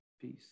peace